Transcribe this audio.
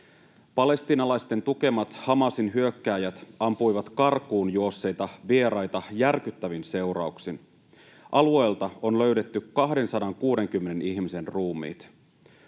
Palestiinalaisten tukemat Hamasin hyökkääjät ampuivat karkuun juosseita vieraita järkyttävin seurauksin. Alueelta on löydetty 260 ihmisen ruumiit.